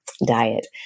diet